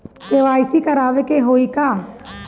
KYC करावे के होई का?